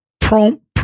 prompt